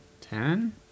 ten